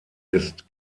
ist